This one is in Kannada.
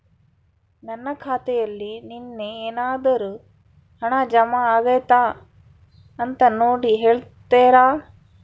ನನ್ನ ಖಾತೆಯಲ್ಲಿ ನಿನ್ನೆ ಏನಾದರೂ ಹಣ ಜಮಾ ಆಗೈತಾ ಅಂತ ನೋಡಿ ಹೇಳ್ತೇರಾ?